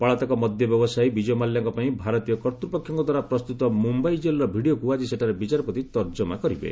ପଳାତକ ମଦ୍ୟ ବ୍ୟବସାୟୀ ବିଜୟ ମାଲ୍ୟାଙ୍କ ପାଇଁ ଭାରତୀୟ କର୍ତ୍ତୃପକ୍ଷଙ୍କ ଦ୍ୱାରା ପ୍ରସ୍ତୁତ ମୁମ୍ୟାଇ ଜେଲ୍ର ଭିଡ଼ିଓକୁ ଆଜି ସେଠାରେ ବିଚାରପତି ତର୍ଜମା କରିବେ